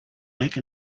make